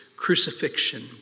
crucifixion